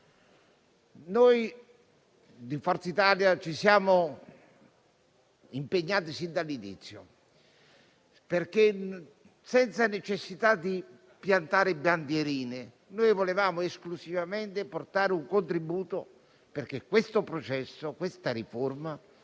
Noi di Forza Italia ci siamo impegnati sin dall'inizio perché, senza necessità di piantare bandierine, volevamo esclusivamente dare un contributo perché la riforma